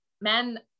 men